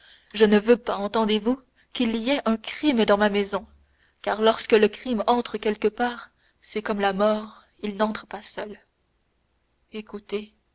je ne veux pas entendez-vous qu'il y ait un crime dans ma maison car lorsque le crime entre quelque part c'est comme la mort il n'entre pas seul écoutez